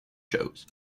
shows